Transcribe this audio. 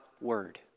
word